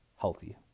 healthy